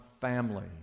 family